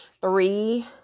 three